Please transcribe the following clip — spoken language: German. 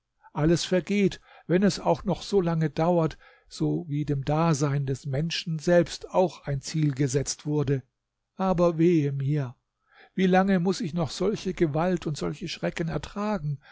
alles vergeht wenn es auch noch solange dauert so wie dem dasein des menschen selbst auch ein ziel gesetzt wurde aber wehe mir wie lange muß ich noch solche gewalt und solche schrecken ertragen